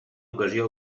ocasió